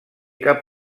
cap